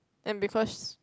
and because